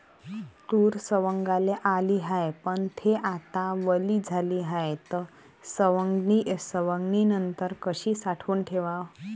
तूर सवंगाले आली हाये, पन थे आता वली झाली हाये, त सवंगनीनंतर कशी साठवून ठेवाव?